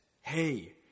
hey